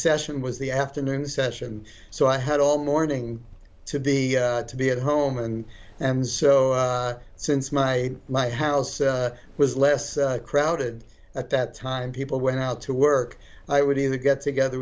session was the afternoon session so i had all morning to be to be at home and and so since my my house was less crowded at that time people went out to work i would either get together